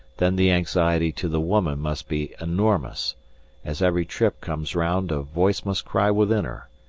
then the anxiety to the woman must be enormous as every trip comes round a voice must cry within her,